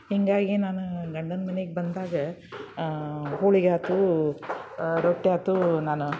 ಹೀಗಾಗಿ ನಾನು ಗಂಡನ ಮನೆಗೆ ಬಂದಾಗ ಹೋಳ್ಗೆ ಆಯ್ತು ರೊಟ್ಟಿ ಆಯ್ತು ನಾನು